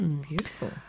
Beautiful